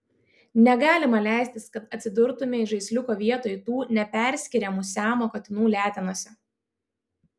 negalima leistis kad atsidurtumei žaisliuko vietoj tų neperskiriamų siamo katinų letenose